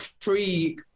free